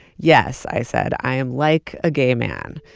yes. i said, i'm like a gay man,